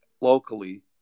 locally